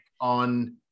on